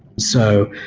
so,